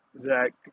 Zach